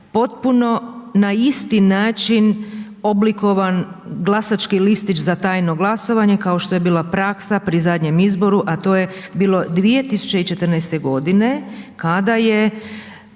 potpuno na isti način oblikovan glasački listić za tajno glasovanje kao što je bila praksa pri zadnjem izboru a to je bilo 2014. g. kada je